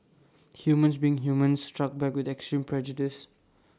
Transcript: humans being humans struck back with extreme prejudice